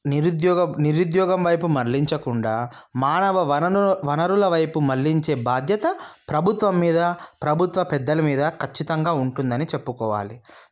నిరుద్యోగం నిరుద్యోగం వైపు మళ్లించకుండా మానవ వనరులు వనరుల వైపు మళ్ళించే బాధ్యతా ప్రభుత్వం మీద ప్రభుత్వ పెద్దల మీద ఖచ్చితంగా ఉంటుంది అని చెప్పుకోవాలి